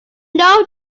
know